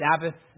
Sabbath